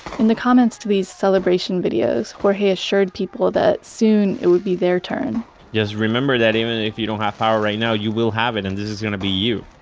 in the comments to these celebration videos, jorge assured people that soon it would be their turn just remember that even if you don't have power right now, you will have it, and this is gonna be you.